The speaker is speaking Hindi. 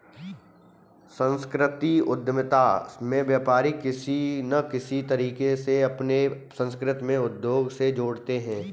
सांस्कृतिक उद्यमिता में व्यापारी किसी न किसी तरीके से अपनी संस्कृति को उद्योग से जोड़ते हैं